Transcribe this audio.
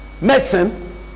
medicine